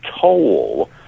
toll